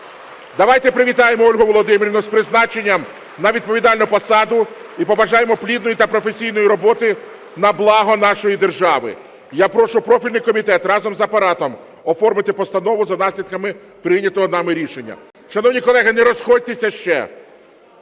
Давайте привітаємо Ольгу Володимирівну з призначенням на відповідальну посаду і побажаємо плідної та професійної роботи на благо нашої держави. Я прошу профільний комітет разом з Апаратом оформити постанову за наслідками прийнятого нами рішення. Шановні колеги, не розходьтеся ще.